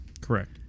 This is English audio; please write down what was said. Correct